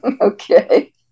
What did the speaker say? Okay